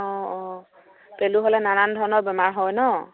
অঁ অঁ পেলু হ'লে নানান ধৰণৰ বেমাৰ হয় ন